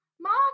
Mark